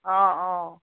অঁ অঁ